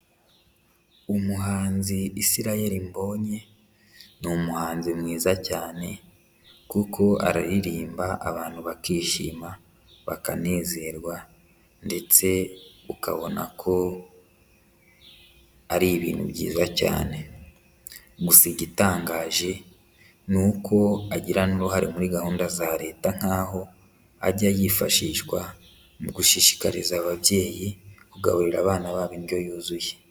Umuhanzi Israel Mbonyi ni umuhanzi mwiza cyane kuko araririmba abantu bakishima, bakanezerwa ndetse ukabona ko ari ibintu byiza cyane, gusa igitangaje ni uko agira n'uruhare muri gahunda za Leta nk'aho ajya yifashishwa mu gushishikariza ababyeyi kugaburira abana babo indyo yuzuye.